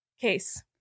Case